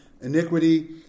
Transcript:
iniquity